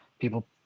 people